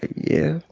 yeah.